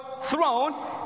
throne